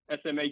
SMA